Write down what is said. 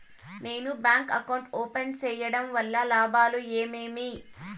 నేను bank account open సేయడం వల్ల లాభాలు ఏమేమి?